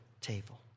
table